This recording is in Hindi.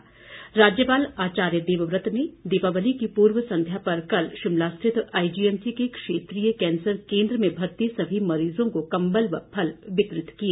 देवव्रत राज्यपाल आचार्य देवव्रत ने दिवाली की पूर्व संध्या पर कल शिमला स्थित आईजीएमसी के क्षेत्रीय कैंसर केंद्र में भर्ती सभी मरीजों को कम्बल व फल वितरित किए